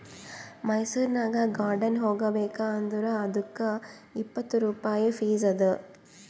ಮೈಸೂರನಾಗ್ ಗಾರ್ಡನ್ ಹೋಗಬೇಕ್ ಅಂದುರ್ ಅದ್ದುಕ್ ಇಪ್ಪತ್ ರುಪಾಯಿ ಫೀಸ್ ಅದಾ